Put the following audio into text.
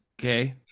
okay